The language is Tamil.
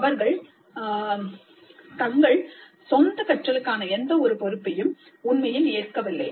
அவர்கள் தங்கள் சொந்த கற்றலுக்கான எந்தவொரு பொறுப்பையும் உண்மையில் ஏற்கவில்லை